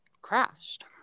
crashed